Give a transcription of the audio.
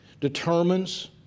determines